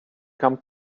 come